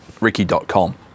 ricky.com